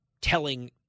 telling